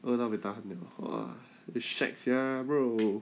饿到 buay tahan !wah! eh shag sia bro